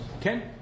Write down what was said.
Ken